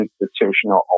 institutional